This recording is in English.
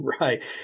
Right